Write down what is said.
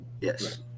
yes